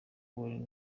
warren